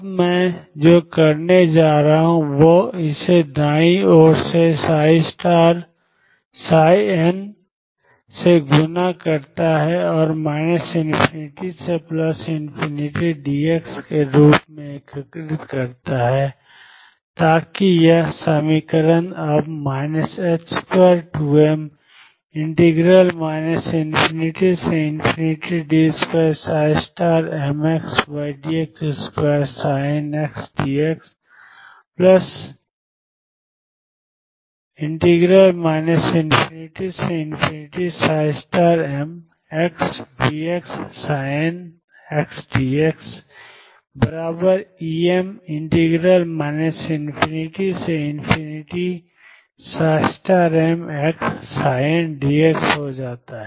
अब मैं जो करने जा रहा हूं वह इसे दाईं ओर से n से गुणा करता है और ∞ से ∞ dx में एकीकृत करता है ताकि यह समीकरण अब 22m ∞d2mdx2ndx ∞mVxndxEm ∞mndx हो जाए